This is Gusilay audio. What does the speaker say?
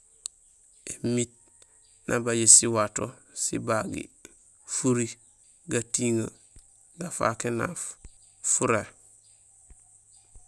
Émiit nébajé siwato sibagiir furi, gatiŋee gafaak énaaf furé.